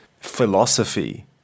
philosophy